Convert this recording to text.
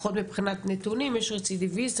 לפחות מבחינת נתונים יש רצידיביזם,